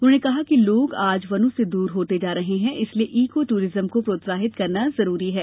उन्होंने कहा कि लोग आज वनों से दर होते जा रहे हैं इसलिए ईको ट्रिज्म को प्रोत्साहित करना जरूरी है